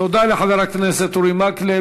תודה לחבר הכנסת אורי מקלב.